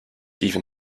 even